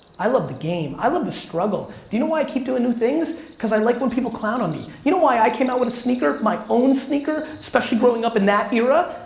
i love the game, i love the struggle. do you know why i keep doing new things? cause i like when people clown on me. you know why i came out with a sneaker, my own sneaker, especially growing up in that era?